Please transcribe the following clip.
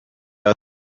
oedd